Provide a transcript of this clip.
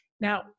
Now